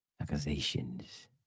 Accusations